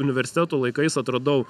universiteto laikais atradau